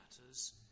matters